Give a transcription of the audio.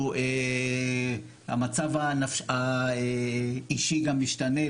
שהוא המצב האישי גם משתנה.